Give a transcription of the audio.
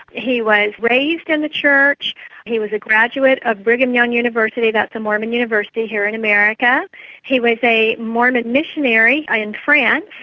he was raised in the church he was a graduate of brigham young university that's a mormon university here in america he was a mormon missionary in france,